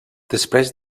després